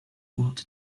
watt